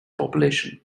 population